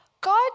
God